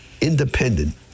independent